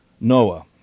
Noah